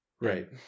right